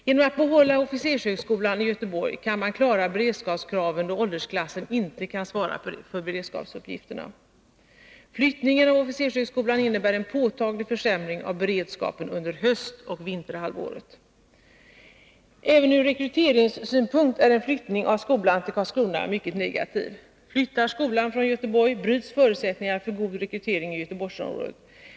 Genom att behålla officershögskolan i Göteborg kan man klara beredskapskraven då åldersklassen inte kan svara för beredskapsuppgifterna. Flyttning av officershögskolan innebär en påtaglig försämring av beredskapen under höstoch vinterhalvåret. Även ur rekryteringssynpunkt är en flyttning av skolan till Karlskrona mycket negativ. Flyttar skolan från Göteborg, minskar förutsättningarna för en god rekrytering i Göteborgsområdet.